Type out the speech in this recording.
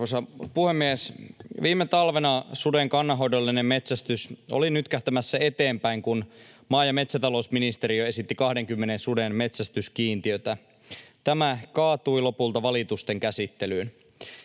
puhemies! Viime talvena suden kannanhoidollinen metsästys oli nytkähtämässä eteenpäin, kun maa- ja metsätalousministeriö esitti 20 suden metsästyskiintiötä. Tämä kaatui lopulta valitusten käsittelyyn.